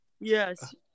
Yes